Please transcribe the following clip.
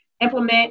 implement